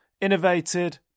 Innovated